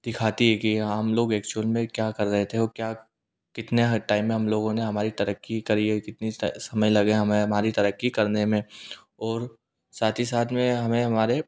दिखाती है कि हाँ हम लोग एक्चुअल में क्या कर रहे थे और क्या कितने हर टाइम में हम लोगों ने हमारी तरक़्क़ी करी है कितना समय लगे हमें हमारी तरक़्की करने में और साथ ही साथ में हमें हमारे